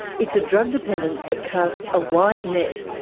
it's a drug dependence that casts a wide net,